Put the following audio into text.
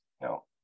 no